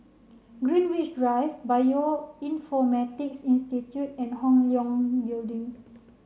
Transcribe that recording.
Greenwich Drive Bioinformatics Institute and Hong Leong Building